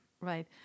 right